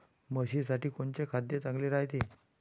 म्हशीसाठी कोनचे खाद्य चांगलं रायते?